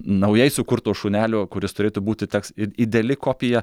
naujai sukurto šunelio kuris turėtų būti teks ideali kopija